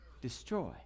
destroy